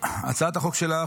הצעת החוק שלך,